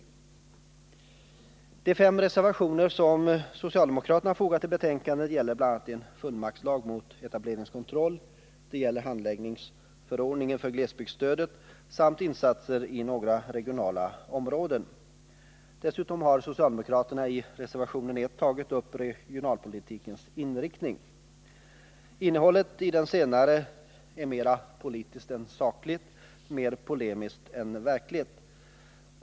I de fem reservationer som socialdemokraterna har fogat vid arbetsmarknadsutskottets betänkande nr 23 behandlas frågan om en fullmaktslag mot etableringskontroll, handläggningsförordningen för glesbygdsstödet samt insatser i några regionala områden. Dessutom har socialdemokraterna i reservation 1 tagit upp regionalpolitikens inriktning. Innehållet i den senare är mera politiskt än sakligt, mer polemiskt än verkligt.